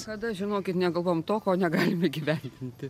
tada žinokit negalvojam to ko negalim įgyvendinti